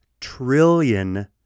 trillion